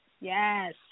Yes